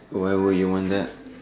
why will you want that